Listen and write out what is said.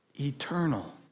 eternal